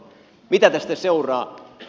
mitä tästä seuraa